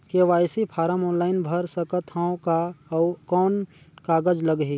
KYC form online भर सकत हवं का? अउ कौन कागज लगही?